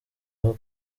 aho